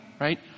Right